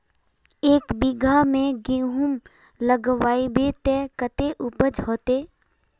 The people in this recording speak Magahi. एक बिगहा में गेहूम लगाइबे ते कते उपज होते?